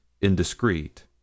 indiscreet